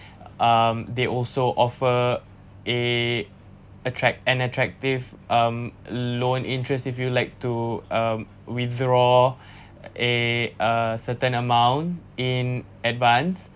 um they also offer a attract an attractive um loan interest if you like to um withdraw a uh certain amount in advance